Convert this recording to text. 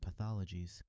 pathologies